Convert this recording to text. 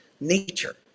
nature